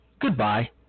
goodbye